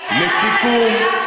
רגע,